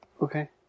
Okay